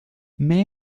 may